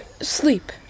sleep